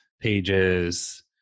pages